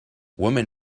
woman